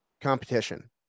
competition